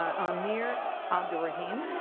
amir abdul raheem.